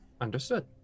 understood